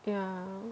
yeah